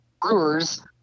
brewers